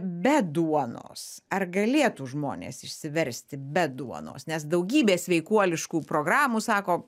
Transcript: be duonos ar galėtų žmonės išsiversti be duonos nes daugybė sveikuoliškų programų sako